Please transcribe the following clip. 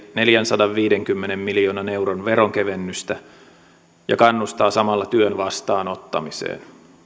neljänsadanviidenkymmenen miljoonan euron veronkevennystä ja kannustaa samalla työn vastaanottamiseen